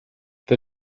the